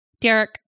Derek